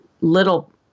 little